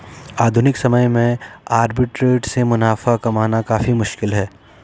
आधुनिक समय में आर्बिट्रेट से मुनाफा कमाना काफी मुश्किल है